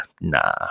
nah